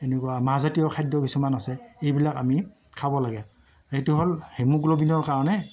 এনেকুৱা মাহজাতীয় খাদ্য কিছুমান আছে এইবিলাক আমি খাব লাগে এইটো হ'ল হিমগ্ল'বিনৰ কাৰণে